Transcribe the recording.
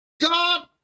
god